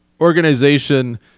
organization